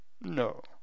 No